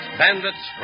bandits